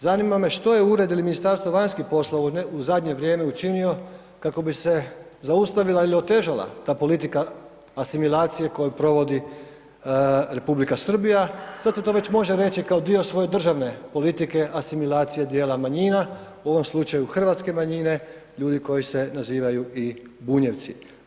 Zanima me što je ured ili Ministarstvo vanjskih poslova u zadnje vrijeme učinio kako bi se zaustavila ili otežala ta politika asimilacije koju provodi RH, sada se to može već reći kao dio svoje državne politike asimilacije dijela manjina, u ovom slučaju hrvatske manjine ljudi koji se nazivaju i Bunjevci?